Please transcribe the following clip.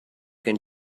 can